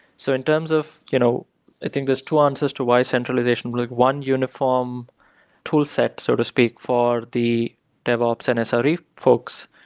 so in terms of you know i think there's two answers to why centralization, like one uniform toolset so to speak for the dev ops and so sre folks,